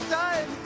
time